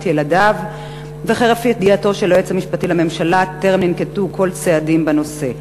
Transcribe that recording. ילדיו וכי חרף ידיעתו של היועץ המשפטי לממשלה טרם ננקטו כל צעדים בנושא.